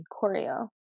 Corio